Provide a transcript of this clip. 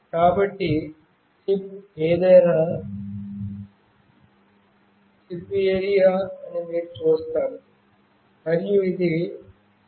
కాబట్టి చిప్ ఏమైనా ఇది చిప్ ఏరియా అని మీరు చూస్తారు మరియు ఇది SIM900